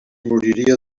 moriria